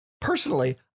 Personally